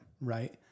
Right